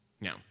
Now